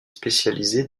spécialisées